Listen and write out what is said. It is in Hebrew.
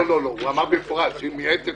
הוא אמר במפורש שהיא מייעצת